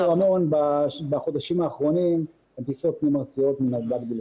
לרמון בחודשים האחרונים הן טיסות פנים-ארציות מנתב"ג בלבד.